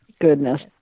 Goodness